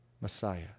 Messiah